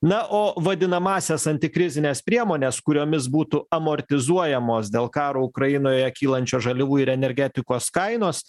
na o vadinamąsias antikrizines priemones kuriomis būtų amortizuojamos dėl karo ukrainoje kylančios žaliavų ir energetikos kainos